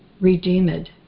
redeemed